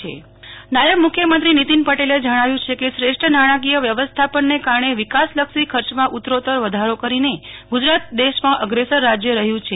નેહલ ઠક્કર નાયબ મુખ્યમંત્રી પૂરક વીનિયોગ નાયબ મુખ્યમંત્રી નીતિન પટેલે જણાવ્યું છે કે શ્રેષ્ઠ નાણાકીય વ્યવસ્થાપનને કારણે વિકાસલક્ષી ખર્ચમાં ઉત્તરોત્તર વધારો કરીને ગુજરાત દેશમાં અગ્રેસર રાજ્ય રહ્યું છે